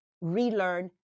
relearn